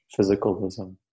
physicalism